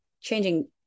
changing